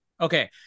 Okay